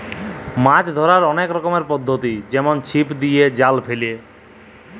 মাছ ধ্যরার অলেক রকমের পদ্ধতি যেমল ছিপ দিয়ে, জাল ফেলে